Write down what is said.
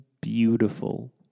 beautiful